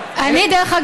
חברת הכנסת לבני,